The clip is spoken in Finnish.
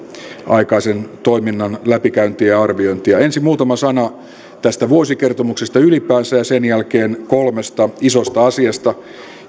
aikaisen toiminnan läpikäyntiä ja arviointia ensin muutama sana tästä vuosikertomuksesta ylipäänsä ja sen jälkeen kolmesta isosta asiasta